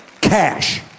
Cash